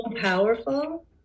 powerful